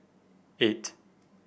eight